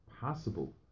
possible